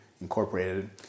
incorporated